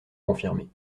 confirmée